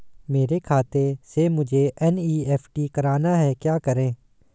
मेरे खाते से मुझे एन.ई.एफ.टी करना है क्या करें?